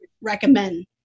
recommend